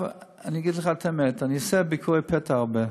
אני אגיד לך את האמת, אני עושה ביקורי פתע, הרבה.